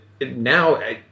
now